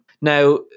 Now